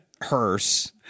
hearse